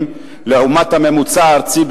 לעומת הממוצע הארצי,